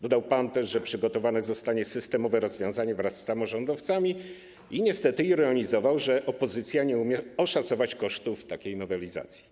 Dodał pan też, że przygotowane zostanie systemowe rozwiązanie we współpracy z samorządowcami, i niestety ironizował, że opozycja nie umie oszacować kosztów takiej nowelizacji.